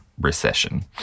recession